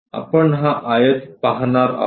आपण हा आयत पाहणार आहोत